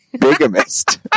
bigamist